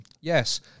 yes